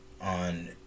on